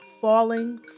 falling